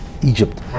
Egypt